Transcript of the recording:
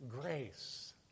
Grace